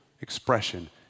expression